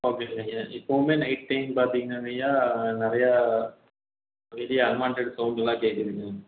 ஓகேங்க ஐயா இப்பவுமே நைட் டைம் பார்த்திங்கனாங்க ஐயா நிறையா வெளியே அன்வான்ட்டடு சவுண்டு எல்லாம் கேட்குதுங்க